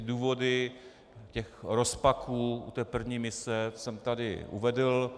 Důvody těch rozpaků u té první mise jsem tady uvedl.